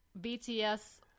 BTS